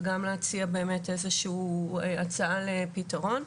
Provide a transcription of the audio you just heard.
וגם להציע באמת איזו שהיא הצעה לפתרון.